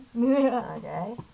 Okay